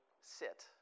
sit